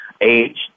age